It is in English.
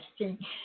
interesting